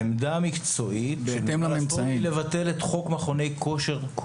העמדה המקצועית היא לבטל את כל חוק מכוני כושר.